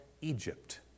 Egypt